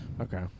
Okay